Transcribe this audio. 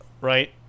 Right